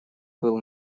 был